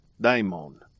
daimon